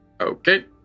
Okay